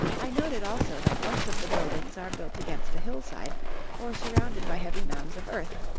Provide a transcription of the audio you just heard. i noted also that most of the buildings are built against a hillside or surrounded by heavy mounds of earth,